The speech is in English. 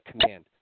command